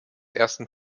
ersten